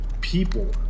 people